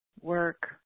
work